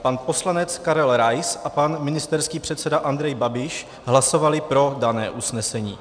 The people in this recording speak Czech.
Pan poslanec Karel Rais a pan ministerský předseda Andrej Babiš hlasovali pro dané usnesení.